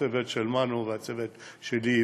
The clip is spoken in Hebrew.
הצוות של מנו והצוות שלי,